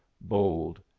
bold